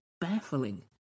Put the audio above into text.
baffling